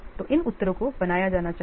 तो इन उत्तरों को बनाया जाना चाहिए